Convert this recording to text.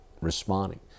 responding